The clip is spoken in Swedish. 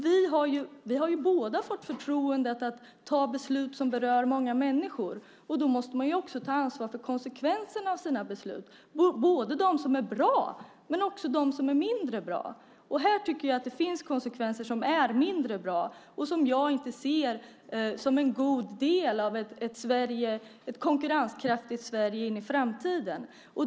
Vi har båda fått förtroendet att fatta beslut som berör många människor. Då måste vi också ta ansvar för konsekvenserna av våra beslut, både de som är bra och de som är mindre bra. Här tycker jag att det finns konsekvenser som är mindre bra och som jag inte ser som en god del av ett konkurrenskraftigt Sverige in i framtiden.